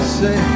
say